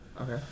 Okay